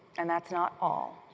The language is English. and that's not all.